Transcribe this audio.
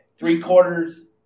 Three-quarters